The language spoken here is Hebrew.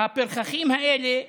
הפרחחים האלה,